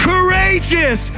Courageous